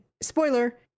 spoiler